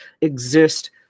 exist